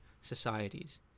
societies